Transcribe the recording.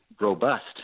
robust